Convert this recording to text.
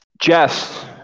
Jess